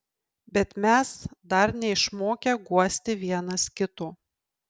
bet mes dar neišmokę guosti vienas kito